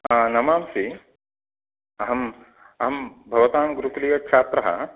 नमांसि अहम् अहं भवतां गुरुकुलीयच्छात्रः